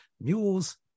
mules